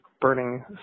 burning